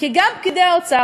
כי גם פקידי האוצר,